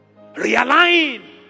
Realign